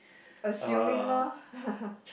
assuming lor